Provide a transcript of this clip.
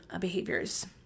behaviors